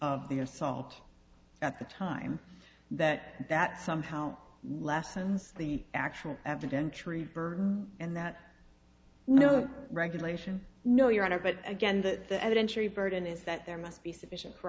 of the assault at the time that that somehow lessens the actual evidence and that no regulation no your honor but again that the evidentiary burden is that there must be sufficient cor